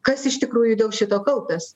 kas iš tikrųjų dėl šito kaupias